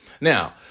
Now